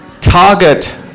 target